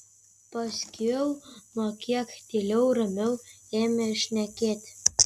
paskiau jau kiek tyliau ramiau ėmė šnekėti